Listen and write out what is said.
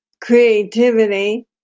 creativity